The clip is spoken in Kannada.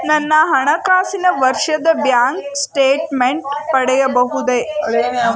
ನನ್ನ ಹಣಕಾಸಿನ ವರ್ಷದ ಬ್ಯಾಂಕ್ ಸ್ಟೇಟ್ಮೆಂಟ್ ಪಡೆಯಬಹುದೇ?